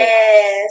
Yes